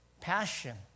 Passion